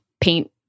paint